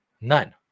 none